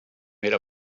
made